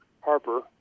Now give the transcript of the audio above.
Harper